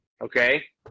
Okay